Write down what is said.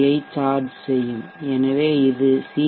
ஐ charge செய்யும் எனவே இது சி